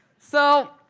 so,